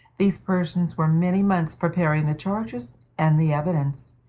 these persons were many months preparing the charges and the evidence,